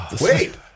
Wait